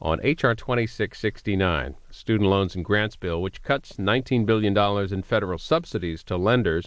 on h r twenty six sixty nine student loans and grants bill which cuts nineteen billion dollars in federal subsidies to lenders